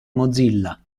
mozilla